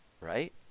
right